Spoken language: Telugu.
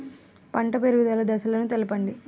పంట పెరుగుదల దశలను తెలపండి?